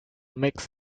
makes